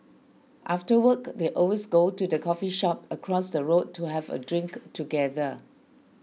after work they always go to the coffee shop across the road to have a drink together